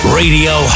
radio